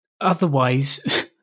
otherwise